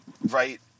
right